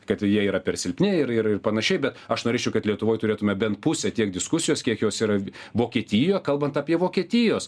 kad jie yra per silpni ir ir panašiai bet aš norėčiau kad lietuvoj turėtumėme bent pusę tiek diskusijos kiek jos yra vokietijoj kalbant apie vokietijos